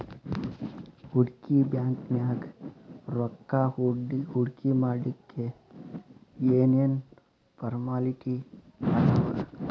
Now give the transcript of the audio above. ಹೂಡ್ಕಿ ಬ್ಯಾಂಕ್ನ್ಯಾಗ್ ರೊಕ್ಕಾ ಹೂಡ್ಕಿಮಾಡ್ಲಿಕ್ಕೆ ಏನ್ ಏನ್ ಫಾರ್ಮ್ಯಲಿಟಿ ಅದಾವ?